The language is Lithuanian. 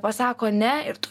pasako ne ir tu